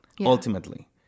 ultimately